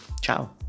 ciao